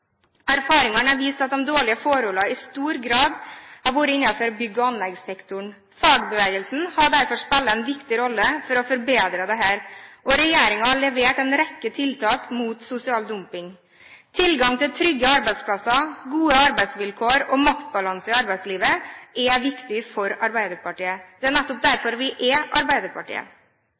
Erfaringene har vist at de dårlige forholdene i stor grad har vært innenfor bygg- og anleggssektoren. Fagbevegelsen har derfor spilt en viktig rolle for å bedre dette, og regjeringen har levert en rekke tiltak mot sosial dumping. Tilgang til trygge arbeidsplasser, gode arbeidsvilkår og maktbalanse i arbeidslivet er viktig for Arbeiderpartiet. Det er nettopp derfor vi er Arbeiderpartiet.